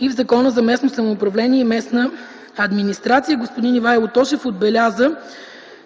и в Закона за местното самоуправление и местната администрация. Господин Ивайло Тошев отбеляза,